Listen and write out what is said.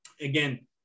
Again